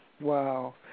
Wow